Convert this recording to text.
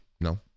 no